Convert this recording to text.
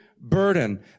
burden